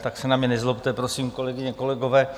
Tak se na mě nezlobte, prosím, kolegyně, kolegové.